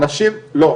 לא,